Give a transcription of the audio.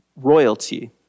royalty